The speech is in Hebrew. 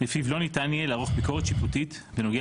לפיו לא ניתן יהיה לערוך ביקורת שיפוטית בנוגע